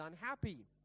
unhappy